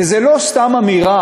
וזו לא סתם אמירה,